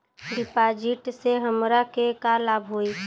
डिपाजिटसे हमरा के का लाभ होई?